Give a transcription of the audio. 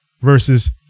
versus